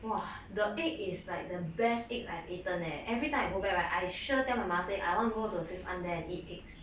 !wah! the egg is like the best egg I've eaten eh every time I go back right I sure tell my mother say I want to go to fifth aunt there and eat eggs